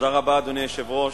אדוני היושב-ראש,